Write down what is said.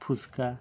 fuchka